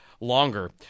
longer